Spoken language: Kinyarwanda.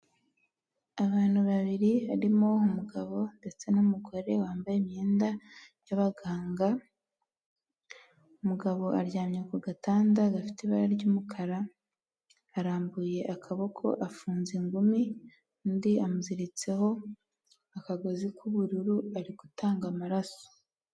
Abantu babiri harimo umugabo ndetse n'umugore wambaye imyenda y'ababaganga, umugabo aryamye ku gatanda gafite ibara ry'umukara, arambuye akaboko afunze ingumi, undi amuziritseho akagozi k'ubururu ari gutanga amaraso.